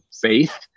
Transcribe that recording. faith